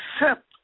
accept